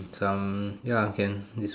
some ya can des